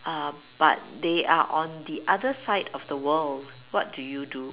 uh but they are on the other side of the world what do you do